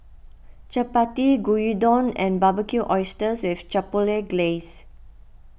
Chapati Gyudon and Barbecued Oysters with Chipotle Glaze